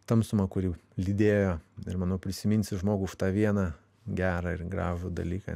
tamsumą kuri lydėjo ir manau prisiminsi žmogų už tą vieną gerą ir gražų dalyką